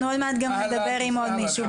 אנחנו עוד מעט גם נדבר עם עוד מישהו.